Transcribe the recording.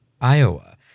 Iowa